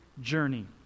journey